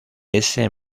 ese